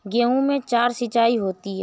गेहूं में चार सिचाई होती हैं